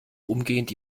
umgehend